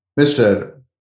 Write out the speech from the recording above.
Mr